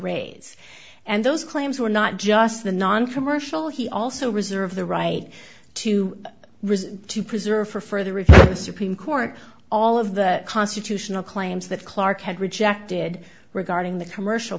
raise and those claims were not just the noncommercial he also reserve the right to resist to preserve for further if the supreme court all of the constitutional claims that clark had rejected regarding the commercial